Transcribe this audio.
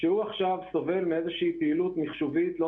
שהוא סובל עכשיו מפעילות מיחשובית לא